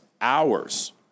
hours